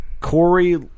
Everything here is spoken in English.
Corey